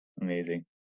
Amazing